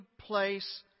place